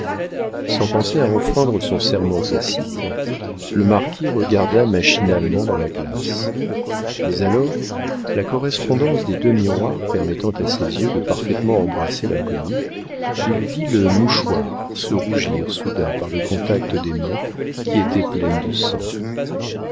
sans penser à enfreindre son serment tacite le marquis regarda machinalement dans la glace mais alors la correspondance des deux miroirs permettant à ses yeux de parfaitement embrasser l'inconnu il vit le mouchoir se rougir soudain par le contact des mains qui étaient pleines de sang